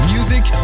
Music